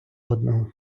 одного